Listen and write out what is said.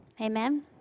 amen